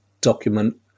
document